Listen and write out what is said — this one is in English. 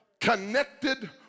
connected